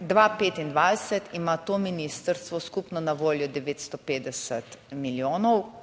2025 ima to ministrstvo skupno na voljo 950 milijonov,